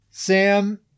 Sam